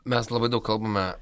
mes labai daug kalbame